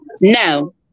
No